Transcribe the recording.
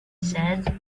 said